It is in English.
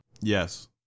Yes